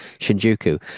Shinjuku